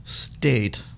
state